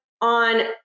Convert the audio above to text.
on